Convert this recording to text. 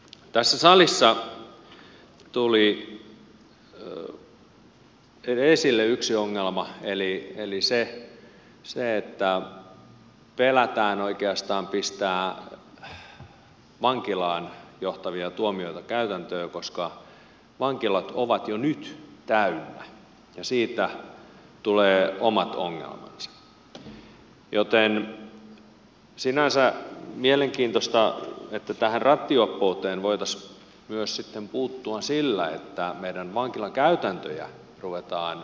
tässä salissa tuli esille yksi ongelma eli se että pelätään oikeastaan pistää vankilaan johtavia tuomioita käytäntöön koska vankilat ovat jo nyt täynnä ja siitä tulee omat ongelmansa joten sinänsä mielenkiintoista tähän rattijuoppouteen voitaisiin sitten puuttua myös sillä että meidän vankilakäytäntöjä ruvetaan muuttamaan